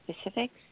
specifics